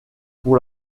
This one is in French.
pour